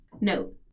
Note